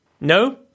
No